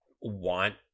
want